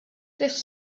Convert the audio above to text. this